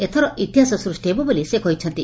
ଏଥର ଇତିହାସ ସୃଷ୍ ହେବ ବୋଲି ସେ କହିଛନ୍ତି